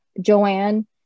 Joanne